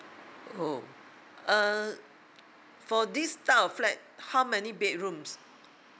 oh err for this type of flat how many bedrooms